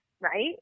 Right